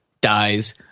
dies